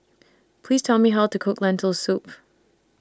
Please Tell Me How to Cook Lentil Soup